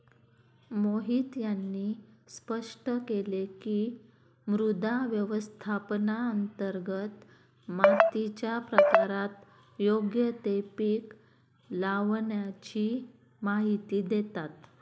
मोहित यांनी स्पष्ट केले की, मृदा व्यवस्थापनांतर्गत मातीच्या प्रकारात योग्य ते पीक लावाण्याची माहिती देतात